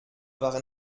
waren